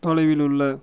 தொலைவில் உள்ள